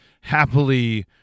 happily